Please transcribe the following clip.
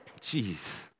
Jeez